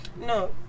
No